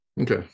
Okay